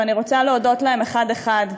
ואני רוצה להודות לכם אחד-אחד: